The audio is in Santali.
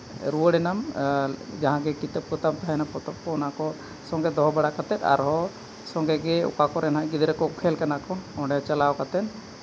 ᱨᱩᱣᱟᱹᱲᱮᱱᱟᱢ ᱡᱟᱦᱟᱸ ᱠᱤᱛᱟᱵ ᱠᱚᱛᱟᱢ ᱛᱟᱦᱮᱱᱟ ᱯᱚᱛᱚᱵ ᱫᱚ ᱚᱱᱟ ᱠᱚ ᱥᱚᱸᱜᱮ ᱫᱚᱦᱚ ᱵᱟᱲᱟ ᱠᱟᱛᱮ ᱟᱨᱦᱚᱸ ᱥᱚᱸᱜᱮ ᱜᱮ ᱚᱠᱟ ᱠᱚᱨᱮ ᱦᱟᱸᱜ ᱜᱤᱫᱽᱨᱟᱹ ᱠᱚ ᱠᱷᱮᱞ ᱠᱟᱱᱟ ᱠᱚ ᱚᱸᱰᱮ ᱪᱟᱞᱟᱣ ᱠᱟᱛᱮ